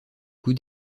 coups